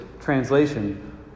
translation